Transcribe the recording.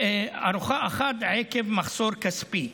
אחת עקב מחסור כספי,